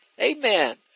Amen